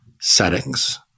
settings